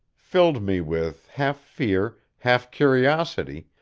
filled me with half fear, half curiosity,